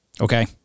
Okay